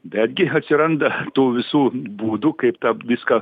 betgi atsiranda tų visų būdų kaip tą viską